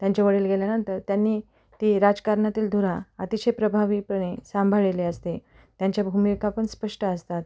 त्यांचे वडील गेल्यानंतर त्यांनी ती राजकारणातील धुरा अतिशय प्रभावीपणे सांभाळलेली असते त्यांच्या भूमिका पण स्पष्ट असतात